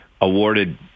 awarded